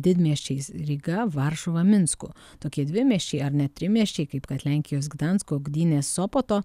didmiesčiais ryga varšuva minsku tokie dvimečiai ar net trimečiai kaip kad lenkijos gdansko gdynės sopoto